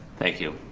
thank you,